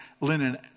linen